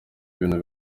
ibintu